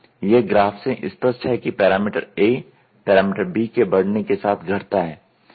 यह ग्राफ से स्पष्ट है कि पैरामीटर A पैरामीटर B के बढ़ने के साथ घटता है